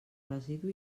residu